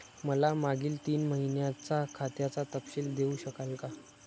मला मागील तीन महिन्यांचा खात्याचा तपशील देऊ शकाल का?